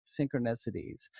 synchronicities